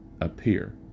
appear